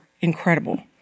incredible